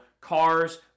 cars